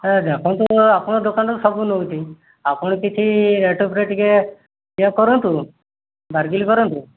ଏ ଦେଖନ୍ତୁ ଆପଣ ଦୋକାନରୁ ସବୁ ନେଉଛୁ ଆପଣ କିଛି ରେଟ୍ ଉପରେ ଟିକିଏ ଇଏ କରନ୍ତୁ ବାରଗିଲ କରନ୍ତୁ